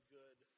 good